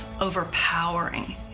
overpowering